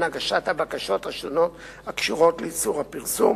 הגשת הבקשות השונות הקשורות לאיסור פרסום,